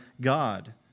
God